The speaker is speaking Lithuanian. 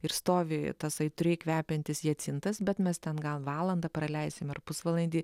ir stovi tas aitriai kvepiantis jacintas bet mes ten gal valandą praleisim ar pusvalandį